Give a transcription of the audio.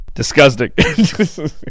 Disgusting